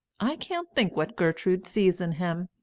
i can't think what gertrude sees in him,